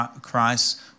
Christ